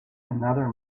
another